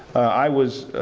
i was